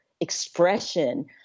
expression